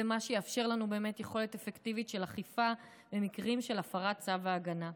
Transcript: והוא מה שיאפשר לנו יכולת אפקטיבית של אכיפה במקרים של הפרת צו ההגנה.